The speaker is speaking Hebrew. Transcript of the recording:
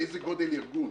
באיזה גודל ארגון.